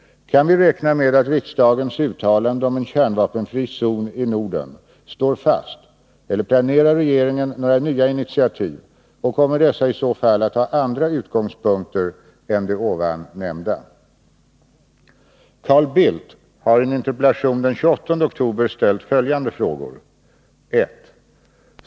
Kan vi räkna med att riksdagens uttalande om en kärnvapenfri zon i Norden står fast, eller planerar regeringen några nya intitiativ, och kommer dessa i så fall att ha andra utgångspunkter än de här nämnda? Carl Bildt har i en interpellation den 28 oktober ställt följande frågor: 1.